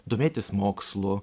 domėtis mokslu